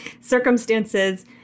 circumstances